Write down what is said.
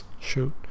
shoot